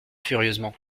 furieusement